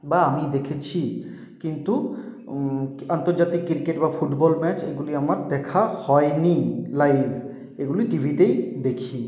বা আমি দেখেছি কিন্তু আন্তর্জাতিক ক্রিকেট বা ফুটবল ম্যাচ এগুলি আমার দেখা হয়নি লাইভ এগুলি টিভিতেই দেখি